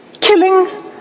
killing